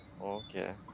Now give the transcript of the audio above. Okay